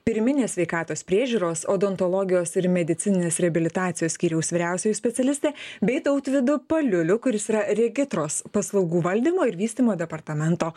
pirminės sveikatos priežiūros odontologijos ir medicininės reabilitacijos skyriaus vyriausioji specialistė bei tautvydu paliuliu kuris yra regitros paslaugų valdymo ir vystymo departamento